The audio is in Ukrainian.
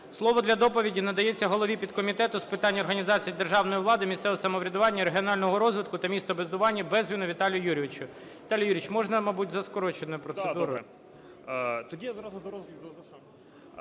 Слово для доповіді надається голові підкомітету з питань організації державної влади, місцевого самоврядування, регіонального розвитку та містобудування Безгіну Віталію Юрійовичу. Віталій Юрійович, можна, мабуть, за скороченою процедурою. 17:31:08 БЕЗГІН В.Ю. Да, добре.